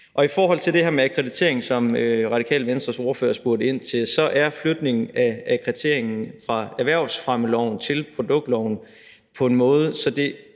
I forhold til det her med akkreditering, som Det Radikale Venstres ordfører spurgte ind til, så sker flytningen af akkrediteringen fra erhvervsfremmeloven til produktloven på en måde, så det